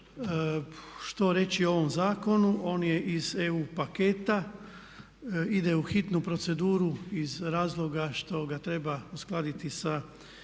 Što reći o ovom zakonu? On je iz EU paketa. Ide u hitnu proceduru iz razloga što ga treba uskladiti sa EU